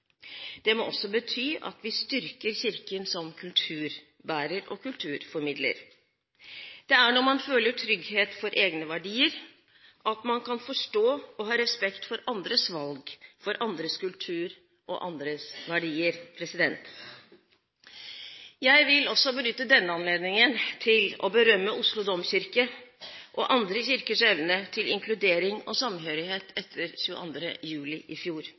Det må også bety at vi styrker Kirken som kulturbærer og kulturformidler. Det er når man føler trygghet for egne verdier at man kan forstå og ha respekt for andres valg, for andres kultur og andres verdier. Jeg vil også benytte denne anledningen til å berømme Oslo domkirke og andre kirkers evne til inkludering og samhørighet etter 22. juli i fjor.